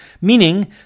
Meaning